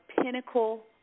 pinnacle